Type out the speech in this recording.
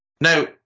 Now